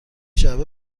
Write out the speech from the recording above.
جعبه